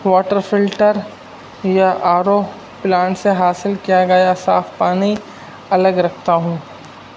water filter یا R O plant سے حاصل کیا گیا صاف پانی الگ رکھتا ہوں